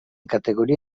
categoria